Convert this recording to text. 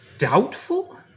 Doubtful